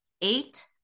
eight